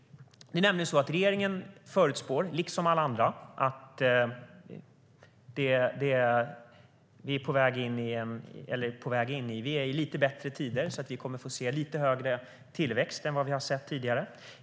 Det är nämligen så att regeringen, liksom alla andra, förutspår att vi är på väg in i - eller är inne i - lite bättre tider och kommer att få se lite högre tillväxt än vad vi har sett tidigare.